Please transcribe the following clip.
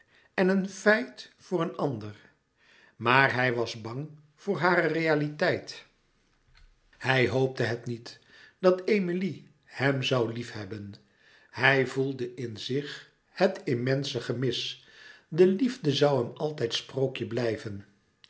en een feit voor een ander maar hij was bang voor hare realiteit hij hoopte het niet dat emilie hem zoû liefhebben hij voelde in zich het immense gemis de liefde zoû hèm altijd sprookje blijven